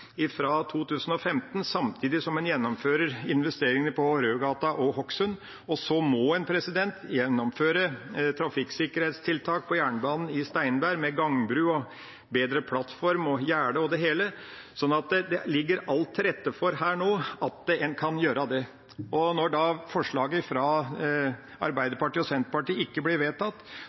fra 2015, samtidig som en gjennomfører investeringene på Rødgata og Hokksund. Så må en gjennomføre trafikksikkerhetstiltak på jernbanen i Steinberg med gangbru, bedre plattform, gjerde og det hele, så alt ligger til rette for at en nå kan gjøre det. Når forslaget fra Arbeiderpartiet og Senterpartiet ikke blir vedtatt,